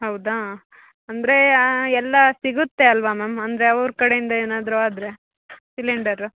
ಹೌದಾ ಅಂದರೆ ಎಲ್ಲ ಸಿಗುತ್ತೆ ಅಲ್ವಾ ಮ್ಯಾಮ್ ಅಂದರೆ ಅವ್ರ ಕಡೆಯಿಂದ ಏನಾದರೂ ಆದರೆ ಸಿಲಿಂಡರು